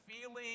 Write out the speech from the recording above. feeling